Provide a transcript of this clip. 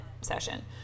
session